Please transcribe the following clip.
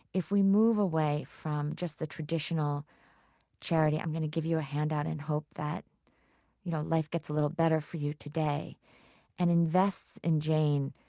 if we move away from just the traditional charity i'm going to give you a handout and hope that you know life gets a little better for you today and invest in jane,